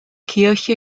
kirche